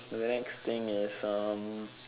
so the next thing is um